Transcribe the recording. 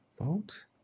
Boat